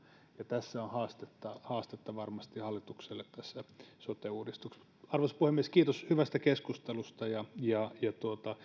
ja tässä on haastetta haastetta varmasti hallitukselle tässä sote uudistuksessa arvoisa puhemies kiitos hyvästä keskustelusta ja ja